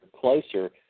closer